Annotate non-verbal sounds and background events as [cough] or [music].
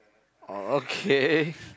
oh okay [laughs]